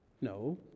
No